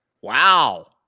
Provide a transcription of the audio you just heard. Wow